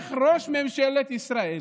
איך ראש ממשלת ישראל,